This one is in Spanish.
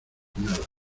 nada